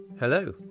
Hello